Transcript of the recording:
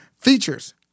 features